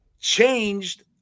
changed